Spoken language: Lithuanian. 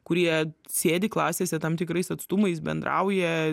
kurie sėdi klasėse tam tikrais atstumais bendrauja